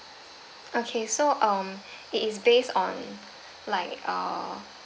okay so um it is based on like uh